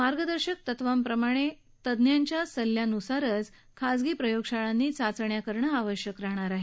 मार्गदर्शक तत्त्वांप्रमाणे तंज्ञाच्या सल्ल्यानुसारच खासगी प्रयोगशाळांनी चाचण्या करणं आवश्यक राहिल